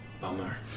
Bummer